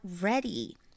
ready